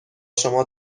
شما